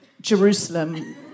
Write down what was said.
Jerusalem